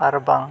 ᱟᱨᱵᱟᱝ